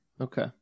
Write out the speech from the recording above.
Okay